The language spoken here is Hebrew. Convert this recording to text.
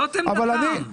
זאת עמדתם.